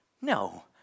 No